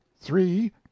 Three